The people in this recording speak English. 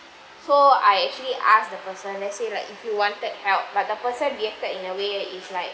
so I actually ask the person let's say like if you wanted help like the person reacted in a way is like